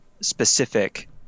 specific